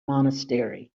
monastery